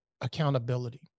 accountability